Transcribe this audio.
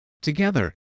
Together